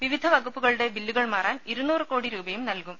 വിവിധ വകുപ്പുകളുടെ ബില്ലുകൾ മാറാൻ ഇരുനൂറ് കോടി രൂപയും നൽകും